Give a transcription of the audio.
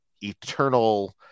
eternal